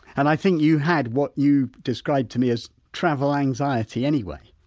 and i think you had what you described to me as travel anxiety anyway.